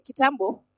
Kitambo